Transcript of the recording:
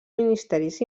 ministeris